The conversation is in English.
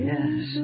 Yes